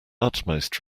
utmost